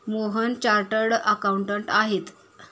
Mohan chartered accountant आहेत